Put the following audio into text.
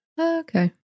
Okay